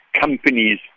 companies